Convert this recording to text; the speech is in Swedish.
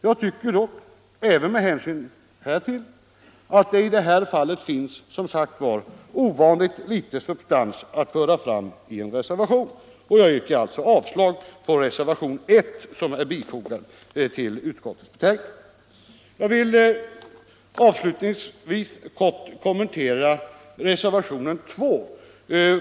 Jag tycker dock att det även med hänsyn härtill i detta fall finns ovanligt litet substans i reservationen. Jag yrkar alltså bifall till vad utskottet hemställt under 5 b och c, vilket innebär avslag på reservationen 1.